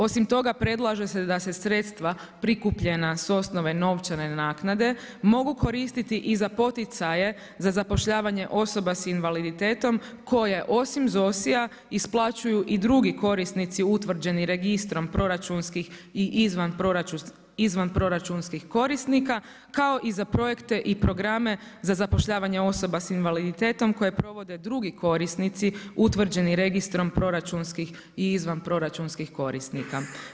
Osim toga predlaže se da se sredstva prikupljena s osnove novčane naknade mogu koristiti i za poticaje za zapošljavanje osoba s invaliditetom koje osim ZOSI-ja isplaćuju i drugi korisnici utvrđeni registrom proračunskih i izvanproračunskih korisnika, kao i za projekte i programe za zapošljavanje osoba s invaliditetom koje provode drugi korisnici utvrđeni registrom proračunskih i izvanproračunskih korisnika.